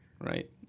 right